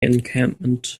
encampment